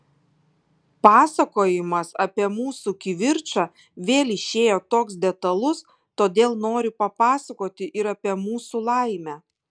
pasakojimas apie mūsų kivirčą vėl išėjo toks detalus todėl noriu papasakoti ir apie mūsų laimę